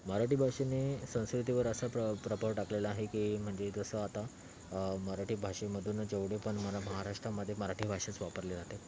मराठी भाषेने संस्कृतीवर असा प्रभाव टाकलेला आहे की म्हणजे जसं आता मराठी भाषेमधून जेवढे पण म महाराष्ट्रामध्ये मराठी भाषाच वापरली जाते